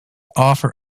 offer